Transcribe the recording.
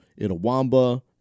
Itawamba